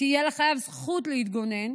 תהיה לחייב זכות להתגונן